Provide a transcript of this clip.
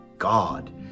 God